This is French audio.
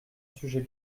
sujet